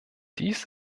dies